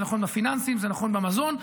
זה נכון בפיננסים, זה נכון במזון.